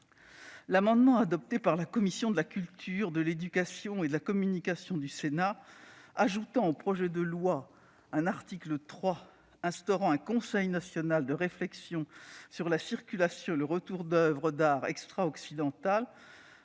l'amendement adopté par la commission de la culture, de l'éducation et de la communication du Sénat, ajoutant au projet de loi un article 3 instaurant un « Conseil national de réflexion sur la circulation et le retour d'oeuvres d'art extra-occidentales